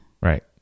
Right